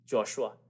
Joshua